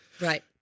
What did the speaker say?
right